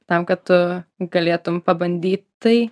tam kad tu galėtum pabandyt tai